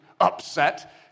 upset